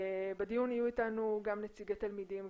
בדיון יהיו איתנו גם נציגי תלמידים,